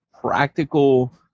practical